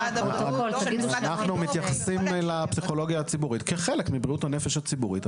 אנחנו מתייחסים לפסיכולוגיה הציבורית כחלק מבריאות הנפש הציבורית.